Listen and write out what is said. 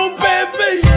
baby